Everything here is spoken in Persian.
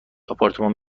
آپارتمان